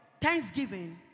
thanksgiving